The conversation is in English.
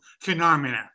phenomena